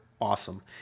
awesome